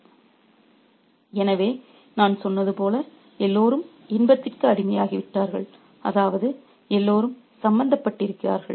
refer slide time 0711 எனவே நான் சொன்னது போல் எல்லோரும் இன்பத்திற்கு அடிமையாகிவிட்டார்கள் அதாவது எல்லோரும் சம்பந்தப்பட்டிருக்கிறார்கள்